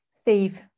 Steve